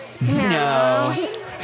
No